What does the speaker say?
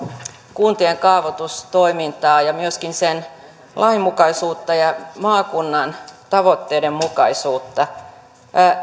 kuntien kaavoitustoimintaa ja myöskin sen lainmukaisuutta ja maakunnan tavoitteiden mukaisuutta